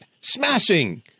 smashing